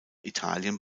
italien